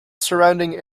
surrounding